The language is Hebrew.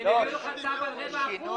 הם הביאו לך צו על רבע אחוז.